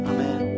Amen